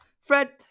Fred